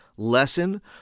Lesson